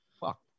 Fuck